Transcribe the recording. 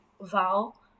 val